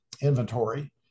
inventory